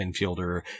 infielder